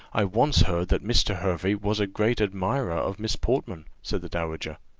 i once heard that mr. hervey was a great admirer of miss portman, said the dowager.